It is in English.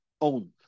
own